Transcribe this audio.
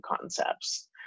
concepts